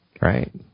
right